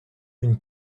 une